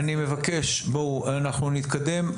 אני מבקש, אנחנו נתקדם.